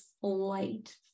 flight